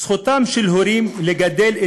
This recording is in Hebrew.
"זכותם של הורים לגדל,